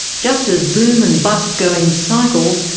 just as boom and bust go in cycles,